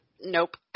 Nope